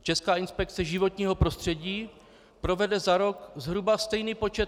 Česká inspekce životního prostředí provede za rok zhruba stejný počet kontrol.